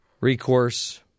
recourse